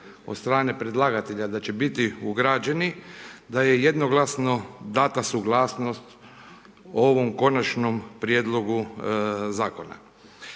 od strane predlagatelja da će biti ugrađeni da je jednoglasno data suglasnost o ovom konačnom prijedlogu zakona.